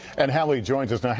and hallie joins us now.